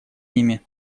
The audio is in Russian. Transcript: ними